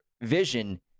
vision